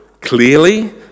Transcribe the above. clearly